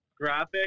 graphic